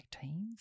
teens